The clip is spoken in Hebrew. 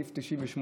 סעיף 98,